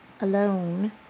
alone